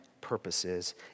purposes